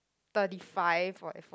thirty five or at forties